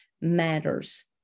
matters